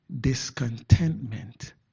Discontentment